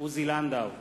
עוזי לנדאו,